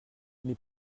mes